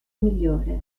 migliore